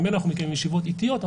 ממילא אנחנו מקיימים ישיבות עיתיות,